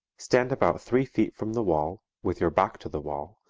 stand about three feet from the wall, with your back to the wall,